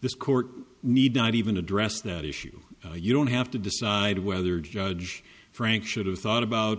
this court need not even address that issue you don't have to decide whether judge frank should have thought about